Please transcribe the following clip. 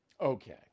Okay